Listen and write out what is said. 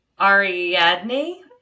Ariadne